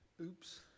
Oops